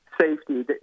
safety